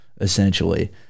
essentially